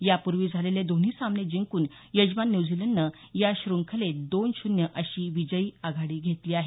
यापूर्वी झालेले दोन्ही सामने जिंकून यजमान न्यूझिलंडनं या श्रखंलेत दोन शून्य अशी विजयी आघाडी घेतली आहे